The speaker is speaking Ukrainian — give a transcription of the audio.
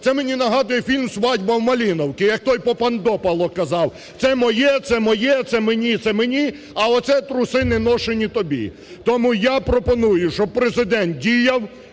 Це мені нагадує фільм "Свадьба в Малиновке", як той Попандопало казав: "Це моє, це моє, це мені і це мені, а оце труси неношені тобі". Тому я пропоную, щоб Президент діяв